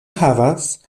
havas